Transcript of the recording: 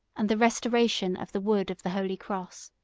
and the restoration of the wood of the holy cross.